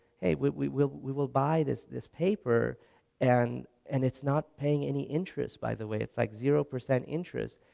hey we will we will buy this this paper and and it's not paying any interest by the way, it's like zero percent interest,